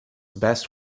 best